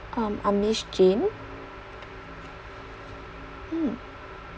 um I'm miss jane mm